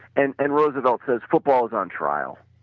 and and roosevelt says football is on trial.